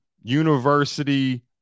university